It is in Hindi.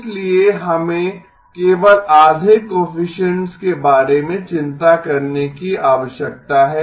इसीलिए हमें केवल आधे कोएफिसिएन्ट्स के बारे में चिंता करने की आवश्यकता है